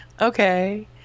Okay